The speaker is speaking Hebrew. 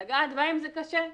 לגעת בהן זה קשה,